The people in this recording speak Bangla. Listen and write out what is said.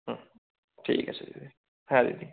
হুম ঠিক আছে দিদি হ্যাঁ দিদি